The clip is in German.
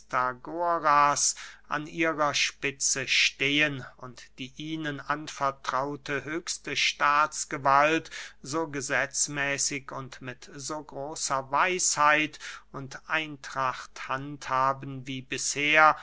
aristagoras an ihrer spitze stehen und die ihnen anvertraute höchste staatsgewalt so gesetzmäßig und mit so großer weisheit und eintracht handhaben wie bisher